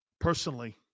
personally